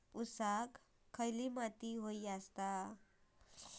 ऊसाक खयली माती व्हयी?